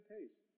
pace